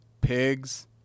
pigs